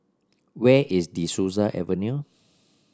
where is De Souza Avenue